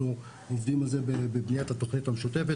אנחנו עובדים על זה בבניית התוכנית המשותפת.